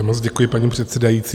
Moc děkuji, paní předsedající.